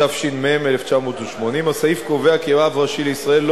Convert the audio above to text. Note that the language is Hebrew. התש"ם 1980. הסעיף קובע כי רב ראשי לישראל לא